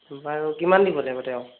বাৰু কিমান দিব লাগিব তেওঁক